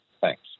Thanks